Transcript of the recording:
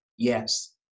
yes